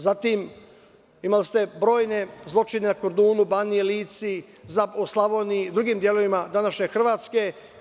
Zatim, imali ste brojne zločine na Kordunu, Baniji, Lici, Slavoniji i drugim delovima današnje Hrvatske.